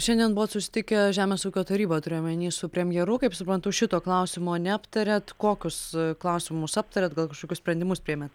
šiandien buvot susitikę žemės ūkio tarybą turiu omeny su premjeru kaip suprantu šito klausimo neaptarėt kokius klausimus aptarėt gal kažkokius sprendimus priėmėt